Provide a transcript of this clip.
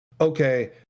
okay